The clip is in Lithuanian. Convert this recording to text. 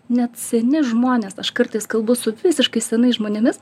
net seni žmonės aš kartais kalbu su visiškai senais žmonėmis